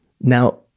Now